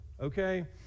okay